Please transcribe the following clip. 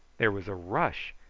there was a rush,